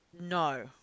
No